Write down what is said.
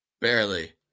barely